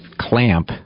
clamp